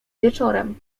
wieczorem